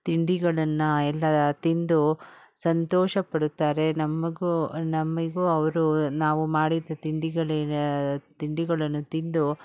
ತಿಂಡಿಗಳನ್ನು ಎಲ್ಲ ತಿಂದು ಸಂತೋಷ ಪಡುತ್ತಾರೆ ನಮಗೂ ನಮಗೂ ಅವರು ನಾವು ಮಾಡಿದ ತಿಂಡಿಗಳನ್ನ ತಿಂಡಿಗಳನ್ನು ತಿಂದು